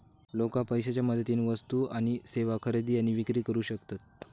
लोका पैशाच्या मदतीन वस्तू आणि सेवा खरेदी आणि विक्री करू शकतत